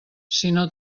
sinó